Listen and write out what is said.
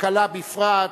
הקלה בפרט.